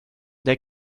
they